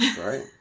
right